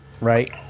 right